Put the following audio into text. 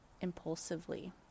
impulsively